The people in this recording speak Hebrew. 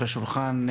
על השולחן,